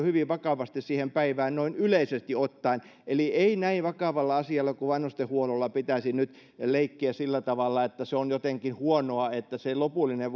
hyvin vakavasti siihen päivään noin yleisesti ottaen eli ei näin vakavalla asialla kuin vanhustenhuollolla pitäisi nyt leikkiä sillä tavalla että se on jotenkin huonoa että se lopullinen